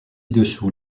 dessous